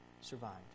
survived